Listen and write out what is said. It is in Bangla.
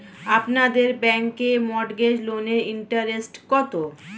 আপনাদের ব্যাংকে মর্টগেজ লোনের ইন্টারেস্ট কত?